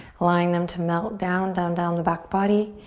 allowing them to melt down, down, down the back body.